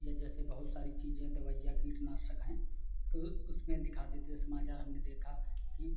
या जैसे बहुत सारी चीज़ें हैं दवाइयाँ कीटनाशक हैं तो उसमें दिखा देते हैं समाचार हमने देखा कि